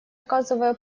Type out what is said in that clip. оказывая